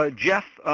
ah jeff,